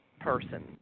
person